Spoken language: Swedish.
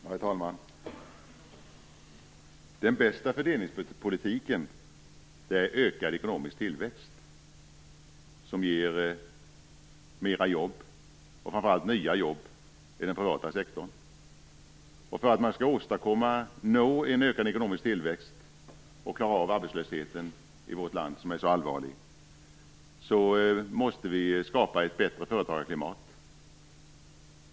Herr talman! Den bästa fördelningspolitiken ökar ekonomisk tillväxt som ger mer jobb, framför allt nya jobb, inom den privata sektorn. För att man skall åstadkomma en ökad ekonomisk tillväxt och klara av arbetslösheten i vårt som är så allvarlig måste vi skapa ett bättre företagarklimat.